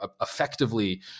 effectively